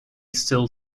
still